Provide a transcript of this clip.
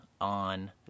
on